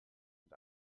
mit